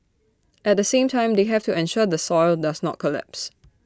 at the same time they have to ensure the soil does not collapse